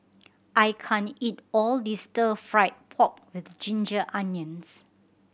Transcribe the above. I can't eat all this Stir Fried Pork With Ginger Onions